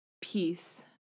peace